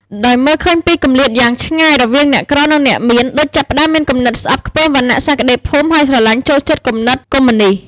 ដោយមើលឃើញពីគម្លាតយ៉ាងឆ្ងាយរវាងអ្នកក្រ និងអ្នកមាន ឌុចចាប់ផ្តើមមានគំនិតស្អប់ខ្ពើមវណ្ណៈសក្តិភូមិ ហើយស្រឡាញ់ចូលចិត្តគំនិតកុម្មុយនីស្ត។